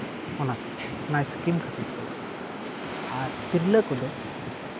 ᱚᱱᱟᱛᱮ ᱚᱱᱟ ᱤᱥᱠᱤᱢ ᱠᱷᱟᱹᱛᱤᱨ ᱛᱮ ᱟᱨ ᱛᱤᱨᱞᱟᱹ ᱠᱚᱫᱚ